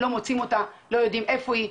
לא מוצאים אותה, לא יודעים איפה היא,